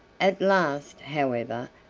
at last, however,